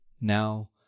now